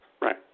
right